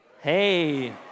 Hey